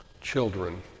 children